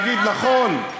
להגיד: נכון,